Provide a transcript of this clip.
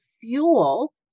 fuel